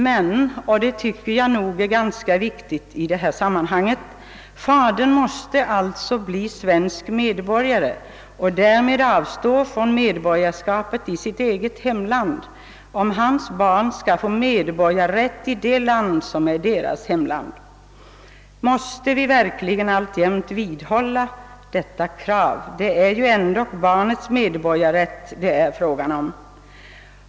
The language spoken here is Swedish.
Men — och det tycker jag är ganska viktigt i detta sammanhang — fadern måste alltså bli svensk medborgare och därmed avstå från medborgarskapet i sitt eget hemland, om hans barn skall få medborgarrätt i det land som är deras hemland. Måste vi alltjämt vidhålla detta krav? Det är ju ändå barnets medborgarrätt det är fråga om.